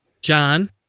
John